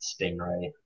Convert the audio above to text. Stingray